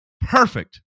Perfect